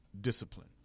discipline